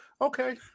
Okay